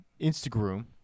Instagram